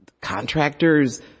contractors